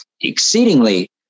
exceedingly